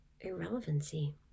irrelevancy